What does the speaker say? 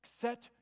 set